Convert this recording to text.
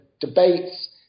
debates